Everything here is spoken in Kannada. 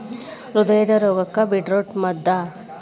ಹೃದಯದ ರೋಗಕ್ಕ ಬೇಟ್ರೂಟ ಮದ್ದ